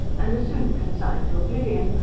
and are soon consigned to oblivion,